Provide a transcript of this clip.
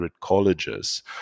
colleges